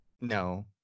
No